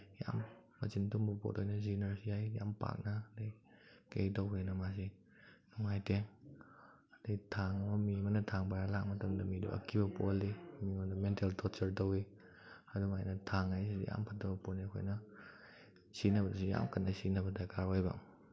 ꯌꯥꯝ ꯃꯆꯤꯟ ꯇꯨꯝꯕ ꯄꯣꯠ ꯑꯣꯏꯅ ꯁꯤꯖꯤꯟꯅꯔꯁꯨ ꯌꯥꯏ ꯌꯥꯝ ꯄꯥꯛꯅ ꯑꯗꯩ ꯀꯩ ꯇꯧꯕꯩꯅꯣ ꯃꯥꯁꯤ ꯅꯨꯡꯉꯥꯏꯇꯦ ꯑꯗꯩ ꯊꯥꯡ ꯑꯃ ꯃꯤ ꯑꯃꯅ ꯊꯥꯡ ꯄꯥꯏꯔ ꯂꯥꯛ ꯃꯇꯝꯗ ꯃꯤꯗꯣ ꯑꯀꯤꯕ ꯄꯣꯛꯍꯜꯂꯤ ꯃꯤꯉꯣꯟꯗ ꯃꯦꯟꯇꯦꯜ ꯇꯣꯔꯆꯔ ꯇꯧꯋꯤ ꯑꯗꯨꯃꯥꯏꯅ ꯊꯥꯡ ꯍꯥꯏꯁꯤꯗꯤ ꯌꯥꯝ ꯐꯠꯇꯕ ꯄꯣꯠꯅꯤ ꯑꯩꯈꯣꯏꯅ ꯁꯤꯖꯤꯟꯅꯕꯁꯨ ꯌꯥꯝ ꯀꯟꯅ ꯁꯤꯖꯤꯟꯅꯕ ꯗꯔꯀꯥꯔ ꯑꯣꯏꯕ